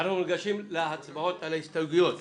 אנחנו ניגשים להצבעות על ההסתייגויות: